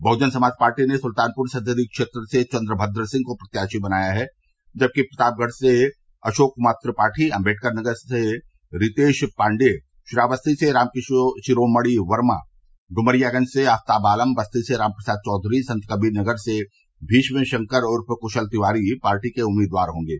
बहुजन Samaj party ने सुल्तानपुर संसदीय क्षेत्र से चन्द्रभद्र सिंह को प्रत्याशी बनाया है जबकि प्रतापगढ़ से अशोक कुमार त्रिपाठी अम्बेडकरनगर से रितेश पाण्डेय श्रावस्ती से राम शिरोमणि वर्मा डुमरियागंज से आफताब आलम बस्ती से रामप्रसाद चौधर्रो संतकबीरनगर से भीष्म शंकर उर्फ कुशल तिवारी पार्टी के उम्मीदवार होंगे